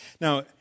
Now